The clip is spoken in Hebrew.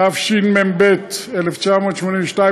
התשמ"ב 1982,